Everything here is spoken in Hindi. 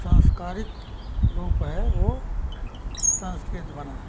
संस्कारिक रूप है वो संस्कित वाला है